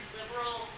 liberal